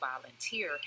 volunteer